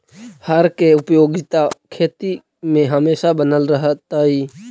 हर के उपयोगिता खेती में हमेशा बनल रहतइ